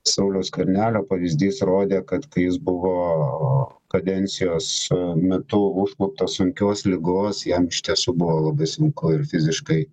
sauliaus skvernelio pavyzdys rodė kad kai jis buvo kadencijos metu užkluptas sunkios ligos jam iš tiesų buvo labai sunku ir fiziškai